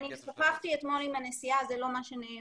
אני שוחחתי אתמול עם הנשיאה, זה לא מה שנאמר.